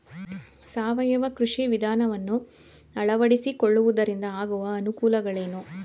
ಸಾವಯವ ಕೃಷಿ ವಿಧಾನವನ್ನು ಅಳವಡಿಸಿಕೊಳ್ಳುವುದರಿಂದ ಆಗುವ ಅನುಕೂಲಗಳೇನು?